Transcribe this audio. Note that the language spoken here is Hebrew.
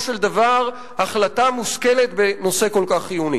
של דבר החלטה מושכלת בנושא כל כך חיוני.